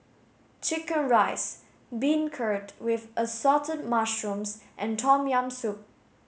chicken rice beancurd with assorted mushrooms and tom yam soup